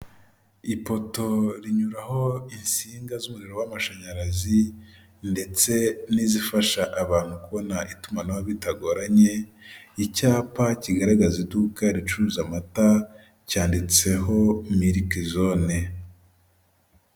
Ipoto rinyuraho insinga z'umuriro w'amashanyarazi ndetse n'izifasha abantu kubona itumanaho bitagoranye, icyapa kigaragaza iduka ricuruza amata cyanditseho miriki zone.